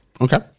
Okay